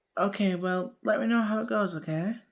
ok, well let me know how it goes, ok?